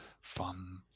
fun